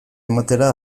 ematera